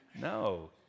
no